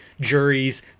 juries